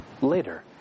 later